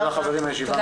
הישיבה